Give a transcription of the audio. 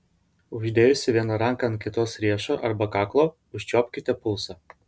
uždėjusi vieną ranką ant kitos riešo arba kaklo užčiuopkite pulsą